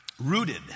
Rooted